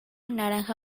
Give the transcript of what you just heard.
naranja